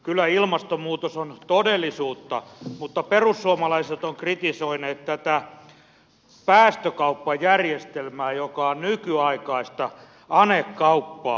kyllä ilmastonmuutos on todellisuutta mutta perussuomalaiset ovat kritisoineet tätä päästökauppajärjestelmää joka on nykyaikaista anekauppaa